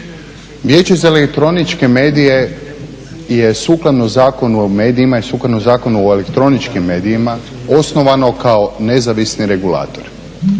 sukladno Zakonu o medijima i sukladno Zakonu o elektroničkim medijima osnovano kao nezavisni regulator,